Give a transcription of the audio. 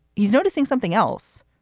he's noticing something else.